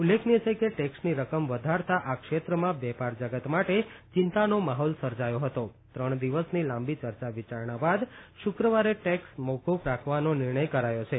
ઉલ્લેખનીય છે કે ટેક્ષની રકમ વધારતા આ ક્ષેત્રમાં વેપાર જગત માટે ચિંતાનો માહોલ સર્જાયો હતો ત્રણ દિવસની લાંબી ચર્ચા વિચારણા બાદ શુક્રવારે ટેક્ષ મોકૂફ રાખવાનો નિર્ણય કરાયો છે